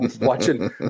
Watching